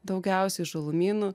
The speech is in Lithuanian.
daugiausiai žalumynų